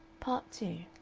part two